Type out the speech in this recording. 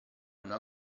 una